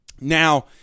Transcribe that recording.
Now